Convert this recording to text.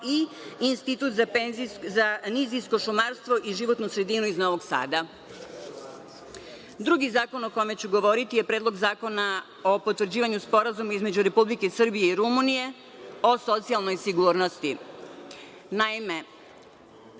i Institut za nizijsko šumarstvo i životnu sredinu iz Novog Sada. Drugi zakon o kome ću govoriti je Predlog zakona o potvrđivanju Sporazuma između Republike Srbije i Rumunije, o socijalnoj sigurnosti. Naime,